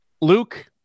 Luke